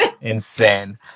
insane